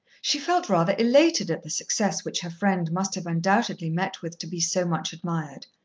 she felt rather elated at the success which her friend must have undoubtedly met with, to be so much admired,